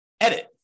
edit